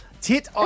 tit